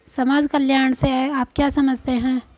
समाज कल्याण से आप क्या समझते हैं?